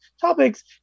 topics